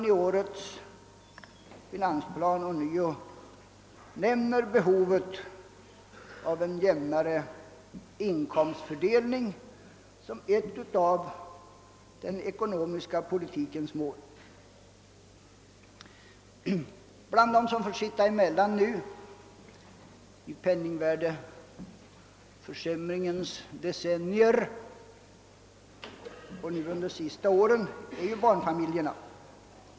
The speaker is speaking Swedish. I årets finansplan nämns nämligen ånyo behovet av »jämnare inkomstfördelning» som ett av den ekonomiska politikens mål. Bland dem som får sitta emellan i penningvärdeförsämringens decennier och särskilt under de sista åren märks barnfamiljerna.